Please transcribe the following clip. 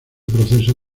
proceso